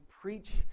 preach